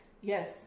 Yes